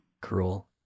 Cruel